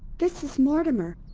this is mortimer.